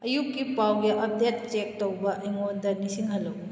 ꯑꯌꯨꯛꯀꯤ ꯄꯥꯎꯒꯤ update check ꯇꯧꯕ ꯑꯩꯉꯣꯟꯗ ꯅꯤꯡꯁꯤꯡꯍꯜꯂꯨ